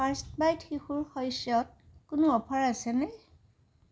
first bite শিশুৰ শস্যত কোনো অফাৰ আছেনে